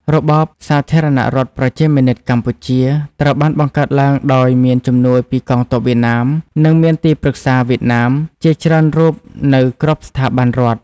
របប សាធារណរដ្ឋប្រជាមានិតកម្ពុជា ត្រូវបានបង្កើតឡើងដោយមានជំនួយពីកងទ័ពវៀតណាម និងមានទីប្រឹក្សាវៀតណាមជាច្រើនរូបនៅគ្រប់ស្ថាប័នរដ្ឋ។